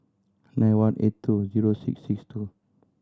nine one eight two zero six six two